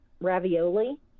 ravioli